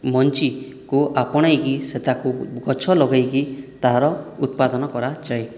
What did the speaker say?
ମଞ୍ଜିକୁ ଆପଣାଇକି ସେ ତାକୁ ଗଛ ଲଗାଇକି ତାହାର ଉତ୍ପାଦନ କରାଯାଏ